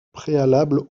préalable